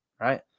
Right